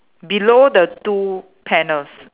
below the two panels